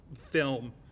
film